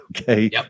Okay